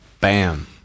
Bam